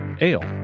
ale